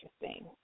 interesting